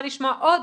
לשמוע עוד.